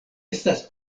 estas